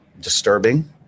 disturbing